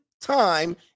time